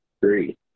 three